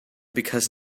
because